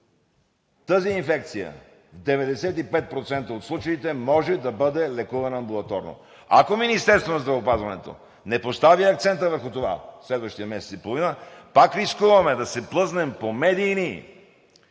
тази инфекция в 95% от случаите може да бъде лекувана амбулаторно. Ако Министерството на здравеопазването не постави акцента върху това в следващия месец и половина, пак рискуваме да се плъзнем по медийни